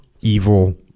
evil